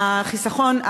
החיסכון,